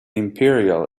imperial